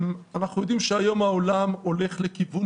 אנחנו יודעים שהיום העולם הולך לכיוון